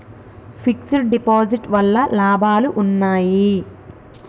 Fix డ్ deposit వల్ల లాభాలు ఉన్నాయి?